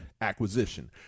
acquisition